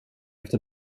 efter